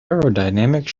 aerodynamic